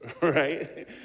right